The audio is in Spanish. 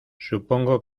supongo